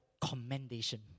commendation